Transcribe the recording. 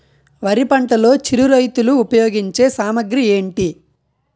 వరి పంటలో చిరు రైతులు ఉపయోగించే సామాగ్రి ఏంటి?